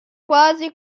quasi